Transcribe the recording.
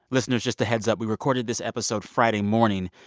listeners, just a heads-up we recorded this episode friday morning,